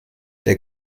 der